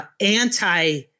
anti